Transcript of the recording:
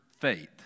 faith